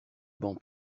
banc